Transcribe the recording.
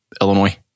Illinois